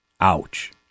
Ouch